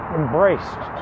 embraced